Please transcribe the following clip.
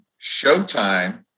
showtime